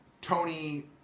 Tony